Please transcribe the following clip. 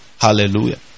hallelujah